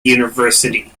university